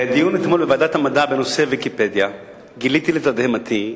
בדיון אתמול בוועדת המדע בנושא "ויקיפדיה" גיליתי לתדהמתי,